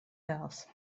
dēls